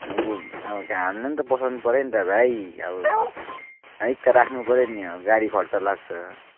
अब हामीलाई पनि त पोसाउनु पऱ्यो नि त भाइ अब अलिकति त राख्नु पऱ्यो नि अब गाडी खर्च लाग्छ